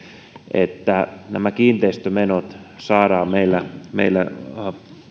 että nämä kiinteistömenot saadaan meillä meillä